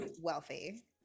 wealthy